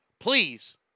Please